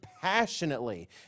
passionately